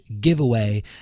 giveaway